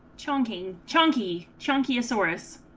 chongqing jackie chan key source